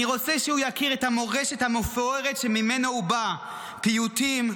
אני רוצה שהוא יכיר את המורשת המפוארת שממנה הוא בא: פיוטים,